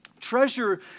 Treasure